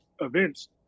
events